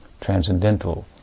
Transcendental